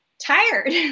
tired